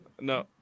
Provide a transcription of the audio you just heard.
No